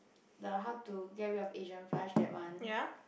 the how to get rid of Asian flush that one